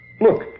look